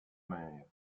mer